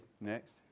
Next